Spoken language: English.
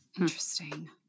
Interesting